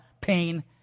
pain